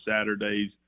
Saturdays